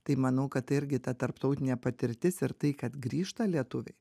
tai manau kad tai irgi ta tarptautinė patirtis ir tai kad grįžta lietuviai